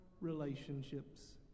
relationships